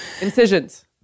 Incisions